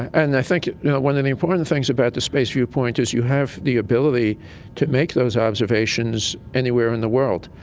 and i think you know one of the important things about the space viewpoint is you have the ability to make those observations anywhere in the world.